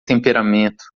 temperamento